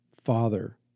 father